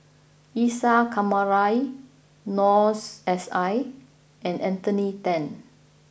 Isa Kamari Noor S I and Anthony Then